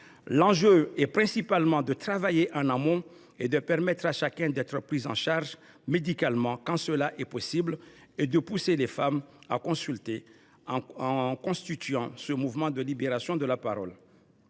L’enjeu principal est de travailler en amont et de permettre à chacune d’être prise en charge médicalement quand c’est possible ; il faut pousser les femmes à consulter, en continuant ce mouvement de libération de la parole.